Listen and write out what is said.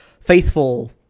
faithful